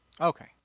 Okay